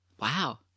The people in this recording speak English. Wow